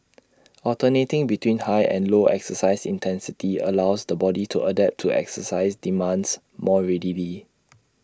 alternating between high and low exercise intensity allows the body to adapt to exercise demands more readily